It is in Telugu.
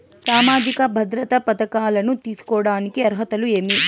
సామాజిక భద్రత పథకాలను తీసుకోడానికి అర్హతలు ఏమి?